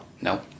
No